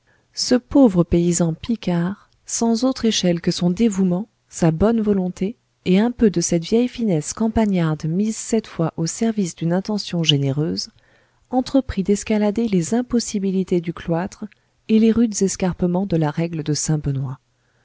ce pauvre paysan picard sans autre échelle que son dévouement sa bonne volonté et un peu de cette vieille finesse campagnarde mise cette fois au service d'une intention généreuse entreprit d'escalader les impossibilités du cloître et les rudes escarpements de la règle de